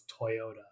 Toyota